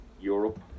Europe